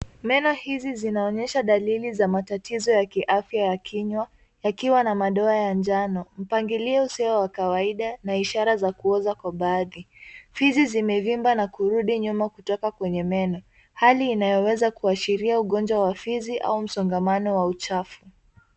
Meno hizi zinaonyesha dalili za matatizo ya kiafya ya kinywa yakiwa na madoa ya njano. Mpangilio sio wa kawaida na ishara za kuoza kwa baadhi. Fizi zimevimba na kurudi nyuma kutoka kwenye meno. Hali inayoweza kuashiria ugonjwa wa fizi au msongamano wa uchafu.